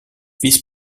vice